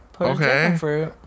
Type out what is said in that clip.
Okay